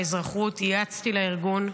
באזרחות ייעצתי לארגון.